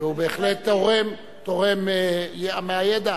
והוא בהחלט תורם מהידע.